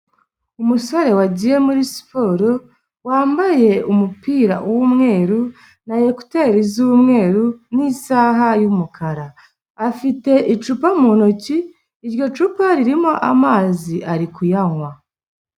Umusore wagiye muri siporo wambaye umupira wumweru na ekuteri z'umweru n'isaha y'umukara, afite icupa mu ntoki, iryo cupa ririmo amazi ari kuyanywa.